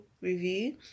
review